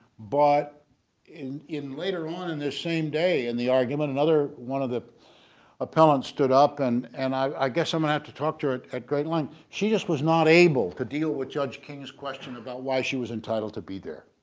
but in in later on in this same day in the argument another one of the appellants stood up and and i guess i'm gonna have to talk to her at at great length. she just was not able to deal with judge king's question about why she was entitled to be there.